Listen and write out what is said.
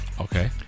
Okay